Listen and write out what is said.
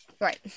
Right